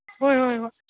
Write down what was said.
ꯍꯣꯏ ꯍꯣꯏ ꯍꯣꯏ